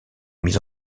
mise